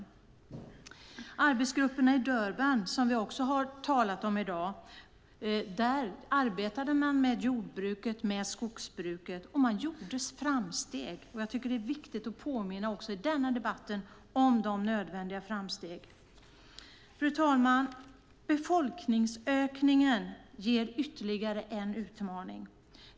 I arbetsgrupperna i Durban, som vi också har hört talas om i dag, arbetade man med jordbruket och med skogsbruket. Man gjorde framsteg. Jag tycker att det är viktigt att påminna också i denna debatt om de nödvändiga framstegen. Fru talman! Befolkningsökningen ger ytterligare en utmaning.